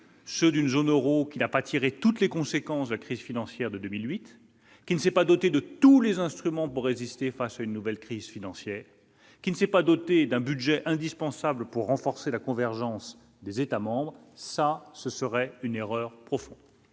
ceux d'une zone Euro qui n'a pas tiré toutes les conséquences de la crise financière de 2008, qui ne s'est pas doté de tous les instruments pour résister face à une nouvelle crise financière qui ne s'est pas dotée d'un budget indispensable pour renforcer la convergence des États-membres, ça ce serait une erreur profonde,